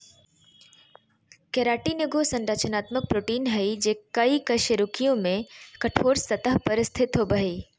keratin एगो संरचनात्मक protein हइ जे कई कशेरुकियों में कठोर सतह पर स्थित होबो हइ